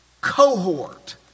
cohort